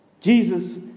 Jesus